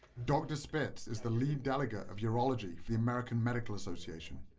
dr. spitz is the lead delegate of urology for the american medical association.